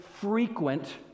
frequent